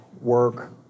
work